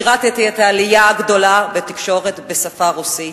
שירתתי את העלייה הגדולה בתקשורת בשפה הרוסית.